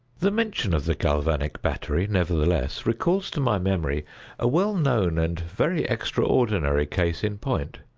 the mention of the galvanic battery, nevertheless, recalls to my memory a well known and very extraordinary case in point,